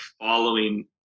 following